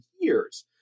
years